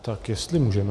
Tak jestli můžeme.